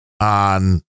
on